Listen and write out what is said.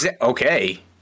Okay